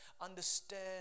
understand